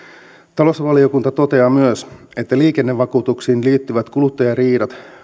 talousvaliokunta toteaa myös että liikennevakuutuksiin liittyvät kuluttajariidat